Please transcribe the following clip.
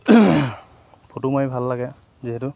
photo মাৰি ভাল লাগে যিহেতু